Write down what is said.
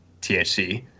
THC